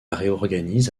réorganise